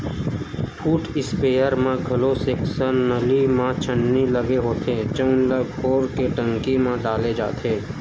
foot sprayer म घलो section नली म छन्नी लगे होथे जउन ल घोर के टंकी म डाले जाथे